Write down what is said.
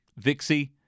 Vixie